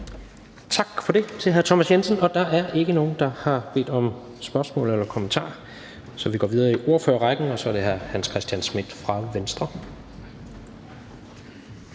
Tak for det til hr. Thomas Jensen. Der er ikke nogen, der har bedt om ordet for spørgsmål eller kommentarer. Så går vi videre i ordførerrækken, og det er så hr. Hans Christian Schmidt fra Venstre.